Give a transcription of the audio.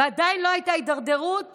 ועדיין לא הייתה הידרדרות